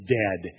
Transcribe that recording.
dead